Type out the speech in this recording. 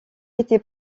été